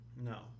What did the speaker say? No